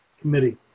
Committee